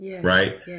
right